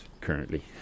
currently